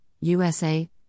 USA